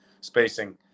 spacing